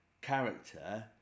character